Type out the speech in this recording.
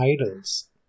idols